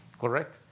Correct